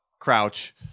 Crouch